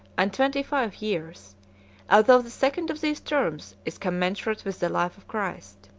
and twenty-five years although the second of these terms is commensurate with the life of christ.